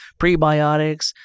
prebiotics